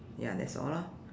ya that's all lah